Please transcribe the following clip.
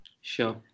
Sure